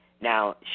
Now